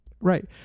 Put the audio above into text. Right